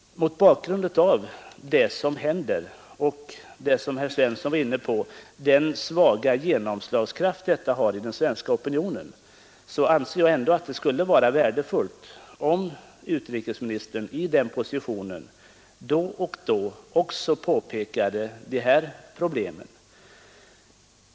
Mot bakgrunden av det som händer och, vilket även herr Svensson i Kungälv tog upp, den svaga genomslagskraft detta har i den svenska opinionen anser jag, att det ändå skulle vara värdefullt om utrikesministern i denna sin egenskap då och då också påpekade dessa problem.